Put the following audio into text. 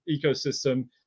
ecosystem